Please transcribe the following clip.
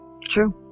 True